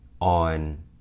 on